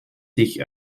sich